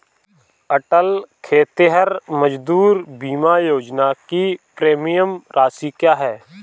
अटल खेतिहर मजदूर बीमा योजना की प्रीमियम राशि क्या है?